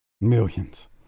Millions